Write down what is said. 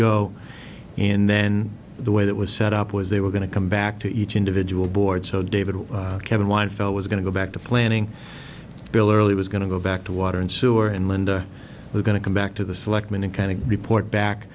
go and then the way that was set up was they were going to come back to each individual board so david kevin why i felt was going to go back to planning bill early was going to go back to water and sewer and linda we're going to come back to the selectmen and kind of report back